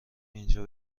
اینجا